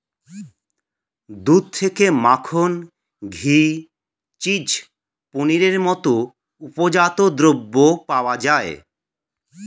দুধ থেকে মাখন, ঘি, চিজ, পনিরের মতো উপজাত দ্রব্য পাওয়া যায়